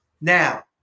Now